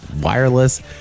wireless